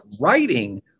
writing